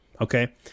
Okay